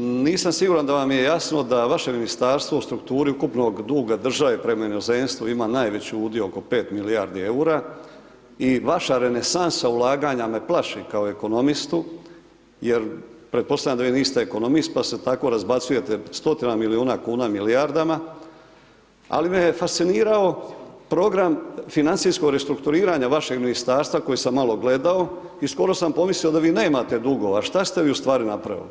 nisam siguran da vam je jasno da vaše ministarstvo u strukturi ukupnog duga države prema inozemstvu ima najveći udio oko 5 milijardi eura i vaša renesansa ulaganja me plaši kao ekonomistu, jer pretpostavljam da vi niste ekonomist pa se tako razbacujte stotinama milijuna kuna, milijardama, ali me je fascinirao program financijskog restrukturiranja vašeg ministarstva koje sam valo gledao i skoro sam pomislio da vi nemate dugova, što ste vi ustvari napravili?